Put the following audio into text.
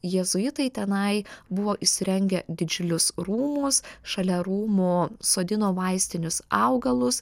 jėzuitai tenai buvo įsirengę didžiulius rūmus šalia rūmų sodino vaistinius augalus